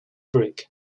brick